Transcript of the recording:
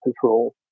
control